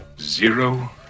Zero